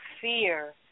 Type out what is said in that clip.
fear